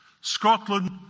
Scotland